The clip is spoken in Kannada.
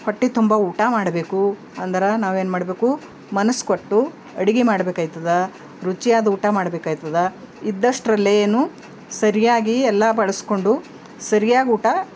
ಹೊಟ್ಟೆ ತುಂಬ ಊಟ ಮಾಡಬೇಕು ಅಂದ್ರೆ ನಾವೇನು ಮಾಡಬೇಕು ಮನಸು ಕೊಟ್ಟು ಅಡಿಗೆ ಮಾಡಬೇಕಾಯ್ತದ ರುಚಿಯಾದ ಊಟ ಮಾಡಬೇಕಾಯ್ತದ ಇದ್ದಷ್ಟರಲ್ಲೇ ಏನು ಸರಿಯಾಗಿ ಎಲ್ಲ ಬಳಸಿಕೊಂಡು ಸರಿಯಾಗಿ ಊಟ